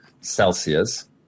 celsius